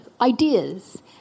ideas